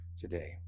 today